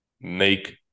make